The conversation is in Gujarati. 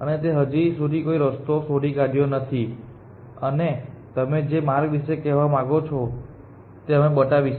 અને તેણે હજી સુધી કોઈ રસ્તો શોધી કાઢ્યો નથી અને તમે જે માર્ગ વિશે કહેવા માંગો છો તે અમે બતાવીશું